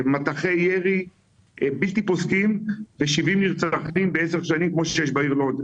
מטחי ירי בלתי פוסקים ו-70 נרצחים בעשר שנים כמו שיש בעיר לוד.